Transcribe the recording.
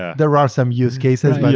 there are some use cases, but